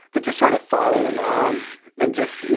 that just sort of follow along and just, you